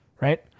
Right